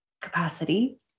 capacity